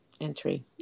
entry